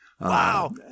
Wow